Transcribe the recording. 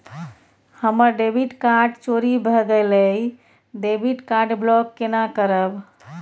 हमर debit card चोरी भगेलै डेबिट कार्ड ब्लॉक केना करब?